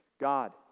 God